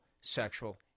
sexual